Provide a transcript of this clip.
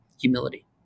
humility